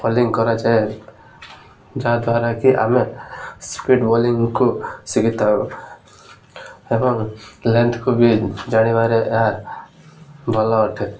bowling କରାଯାଏ ଯାହାଦ୍ୱାରା କିି ଆମେ ସ୍ପିଡ଼୍ ବୋଲିଙ୍ଗକୁ ଶିଖିଥାଉ ଏବଂ ଲେନ୍ଥକୁ ବି ଜାଣିବାରେ ଏହା ଭଲ ଅଟେ